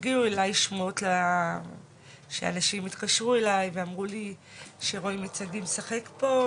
הגיעו אליי שמועות שאנשים התקשרו אליי ואמרו לי שרואים את שגיא משחק פה,